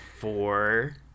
four